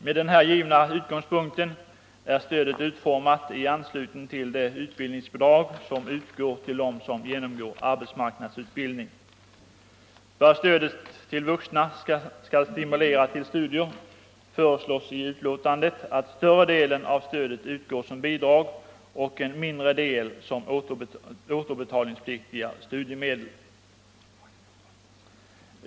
Med den här givna utgångspunkten är stödet utformat i anslutning till det utbildningsbidrag som lämnas till dem som genomgår arbetsmarknadsutbildning. För att stödet till vuxna skall stimulera till studier föreslås att större delen av stödet utgår som bidrag och en mindre del som återbetalningspliktiga studiemedel.